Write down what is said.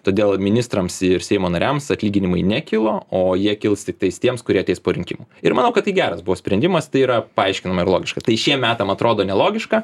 todėl ministrams ir seimo nariams atlyginimai nekilo o jie kils tiktai tiems kurie ateis po rinkimų ir manau kad tai geras buvo sprendimas tai yra paaiškinama ir logiška tai šiem metam atrodo nelogiška